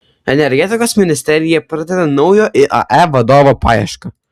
energetikos ministerija pradeda naujo iae vadovo paiešką